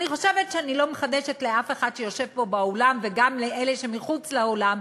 אני חושבת שאני לא מחדשת לאף אחד שישנו פה באולם וגם לאלה שמחוץ לאולם,